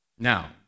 Now